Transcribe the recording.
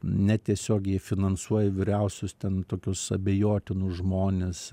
netiesiogiai finansuoja vyriausius ten tokius abejotinus žmones